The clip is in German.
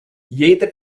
jeder